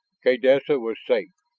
kaydessa was safe,